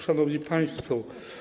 Szanowni Państwo!